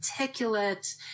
articulate